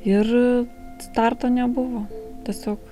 ir starto nebuvo tiesiog